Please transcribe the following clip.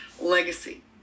legacy